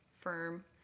firm